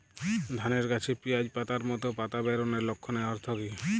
ধানের গাছে পিয়াজ পাতার মতো পাতা বেরোনোর লক্ষণের অর্থ কী?